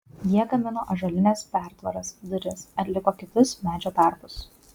jie gamino ąžuolines pertvaras duris atliko kitus medžio darbus